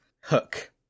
Hook